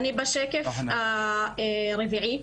בשקף הרביעי,